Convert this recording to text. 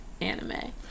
anime